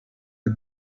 the